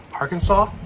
Arkansas